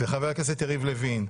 חבר הכנסת יריב לוין,